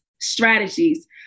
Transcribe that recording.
strategies